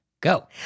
Go